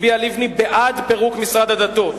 הצביעה לבני בעד פירוק משרד הדתות.